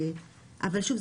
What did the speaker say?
אבל שוב,